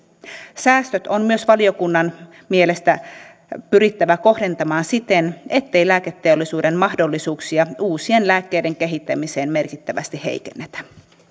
säästöt on myös valiokunnan mielestä pyrittävä kohdentamaan siten ettei lääketeollisuuden mahdollisuuksia uusien lääkkeiden kehittämiseen merkittävästi heikennetä